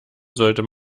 sollte